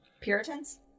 puritans